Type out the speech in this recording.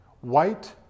White